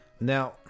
Now